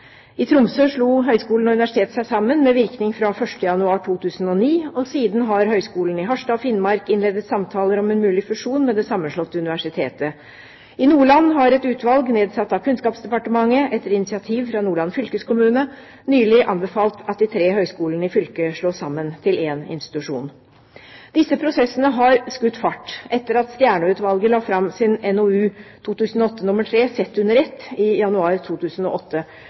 I Tromsø slo høyskolen og universitetet seg sammen med virkning fra 1. januar 2009, og siden har høyskolene i Harstad og Finnmark innledet samtaler om en mulig fusjon med det sammenslåtte universitetet. I Nordland har et utvalg nedsatt av Kunnskapsdepartementet etter initiativ fra Nordland fylkeskommune nylig anbefalt at de tre høyskolene i fylket slås sammen til én institusjon. Disse prosessene har skutt fart etter at Stjernø-utvalget la fram sin NOU 2008:3 Sett under ett – Ny struktur på høyere utdanning i januar 2008,